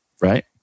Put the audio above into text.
right